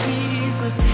Jesus